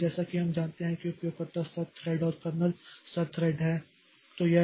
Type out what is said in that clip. इसलिए जैसा कि हम जानते हैं कि उपयोगकर्ता स्तर थ्रेड और कर्नेल स्तर थ्रेड हैं